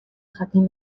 jakin